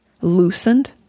loosened